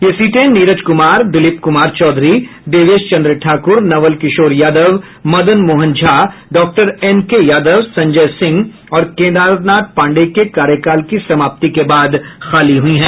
ये सीटें Neeraj Kumar Dilip Kumar Chaudhary Devesh Chandra Thakur Naval Kishore Yadav Madan Mohan Jha doctor N K Yadav Sanjay Singh और केदार नाथ पाण्डेय के कार्यकाल की समाप्ति के बाद खाली हुई हैं